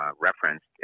referenced